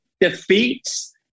defeats